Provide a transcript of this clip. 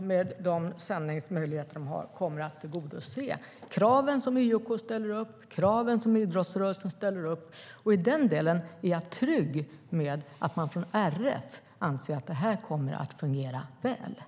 med de sändningsmöjligheter man har kommer att tillgodose kraven som IOK och idrottsrörelsen ställer upp. I den delen är jag trygg med att RF anser att det här kommer att fungera väl.